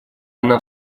она